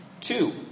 Two